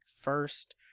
first